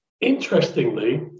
Interestingly